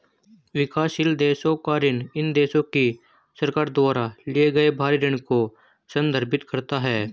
विकासशील देशों का ऋण इन देशों की सरकार द्वारा लिए गए बाहरी ऋण को संदर्भित करता है